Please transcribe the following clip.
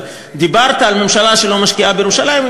אבל דיברת על ממשלה שלא משקיעה בירושלים,